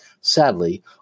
sadly